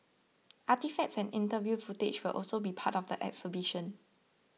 artefacts and interview footage will also be part of the exhibition